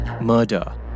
Murder